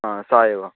हा सा एव